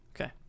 Okay